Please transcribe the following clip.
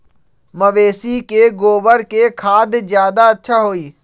मवेसी के गोबर के खाद ज्यादा अच्छा होई?